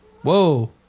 Whoa